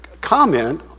comment